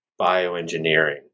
bioengineering